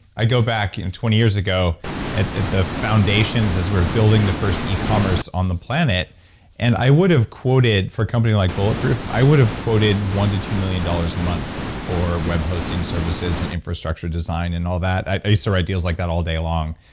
i go back twenty years ago at the foundations as we're building the first ecommerce on the planet and i would have quoted, for a company like bulletproof, i would have quoted one dollars to two million dollars a month for web hosting services and infrastructure design and all that. i used to write deals like that all day long.